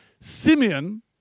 Simeon